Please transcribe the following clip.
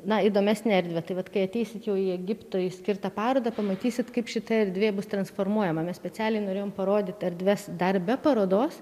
na įdomesnę erdvę tai vat kai ateisit jau į egiptui skirtą parodą pamatysit kaip šita erdvė bus transformuojama mes specialiai norėjom parodyti erdves dar be parodos